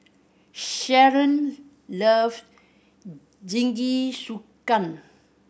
Shalon love Jingisukan